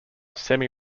semi